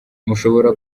mushobora